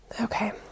okay